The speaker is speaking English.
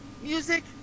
music